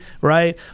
right